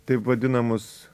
taip vadinamus